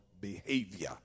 behavior